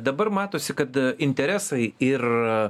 dabar matosi kad interesai ir